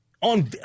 on